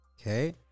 Okay